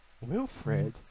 Wilfred